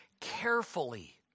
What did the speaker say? carefully